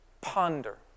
ponder